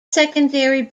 secondary